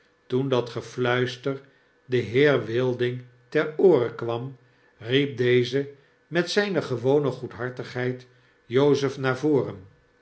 toen dat gefluister den heer wilding ter oore kwam nep deze met zijne gewone goedhartigheid jozef naar voren